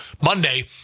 Monday